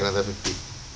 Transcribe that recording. another fifty